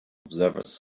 observers